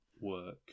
work